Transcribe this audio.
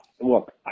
Look